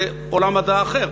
זה עולם מדע אחר,